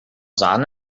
sahne